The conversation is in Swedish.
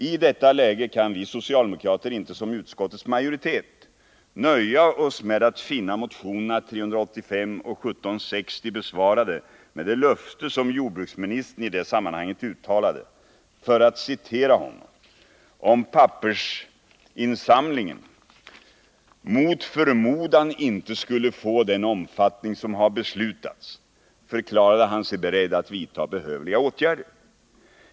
I detta läge kan vi socialdemokrater inte som utskottets majoritet nöja oss med att finna motionerna 385 och 1760 besvarade med det löfte som jordbruksministern i det sammanhanget uttalade. ”Om pappersinsamlingen mot förmodan inte skulle få den omfattning som har beslutats”, förklarade han sig beredd att vidta behövliga åtgärder.